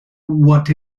what